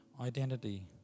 identity